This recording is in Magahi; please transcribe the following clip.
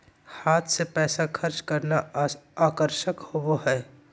हाथ से पैसा खर्च करना आकर्षक होबो हइ